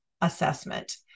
assessment